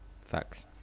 Facts